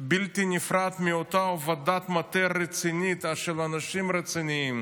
בלתי נפרד מאותה עבודת מטה רצינית של אנשים רציניים